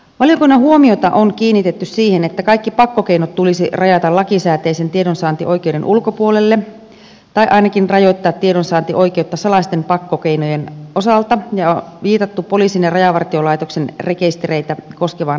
valiokunnan huomiota on kiinnitetty siihen että kaikki pakkokeinot tulisi rajata lakisääteisen tiedonsaantioikeuden ulkopuolelle tai ainakin rajoittaa tiedonsaantioikeutta salaisten pakkokeinojen osalta ja on viitattu poliisin ja rajavartiolaitoksen rekistereitä koskevaan lainkohtaan